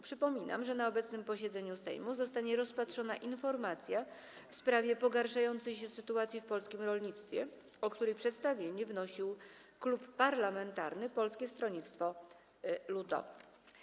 Przypominam, że na obecnym posiedzeniu Sejmu zostanie rozpatrzona informacja w sprawie pogarszającej się sytuacji w polskim rolnictwie, o której przedstawienie wnosił Klub Parlamentarny Polskiego Stronnictwa Ludowego.